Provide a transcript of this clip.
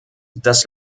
das